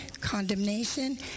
condemnation